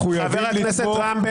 האם זה נכון שלפי ההסכמים הקואליציוניים